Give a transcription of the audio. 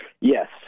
Yes